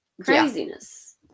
Craziness